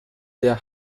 der